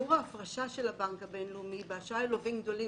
שיעור ההפרשה של הבנק הבינלאומי באשראי ללווים גדולים